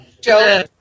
Joe